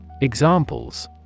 Examples